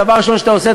דבר ראשון שאתה עושה,